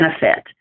benefit